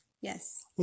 yes